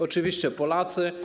Oczywiście Polacy.